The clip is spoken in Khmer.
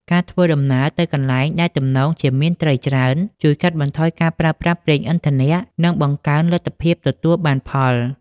ការធ្វើដំណើរទៅកន្លែងដែលទំនងជាមានត្រីច្រើន ជួយកាត់បន្ថយការប្រើប្រាស់ប្រេងឥន្ធនៈ និងបង្កើនលទ្ធភាពទទួលបានផល។